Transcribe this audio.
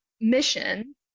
mission